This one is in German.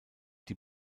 die